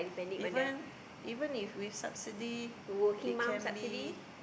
even even with subsidy it can be